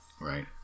Right